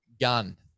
gun